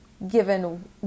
given